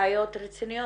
בעיה רצינית,